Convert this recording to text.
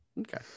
Okay